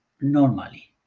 normally